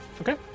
Okay